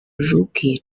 rookie